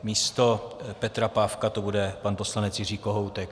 Místo Petra Pávka to bude pan poslanec Jiří Kohoutek.